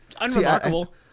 unremarkable